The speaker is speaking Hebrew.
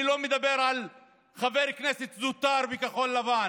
אני לא מדבר על חבר כנסת זוטר בכחול לבן,